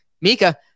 Mika